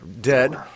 dead